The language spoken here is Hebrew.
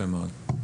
יפה מאוד.